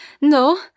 No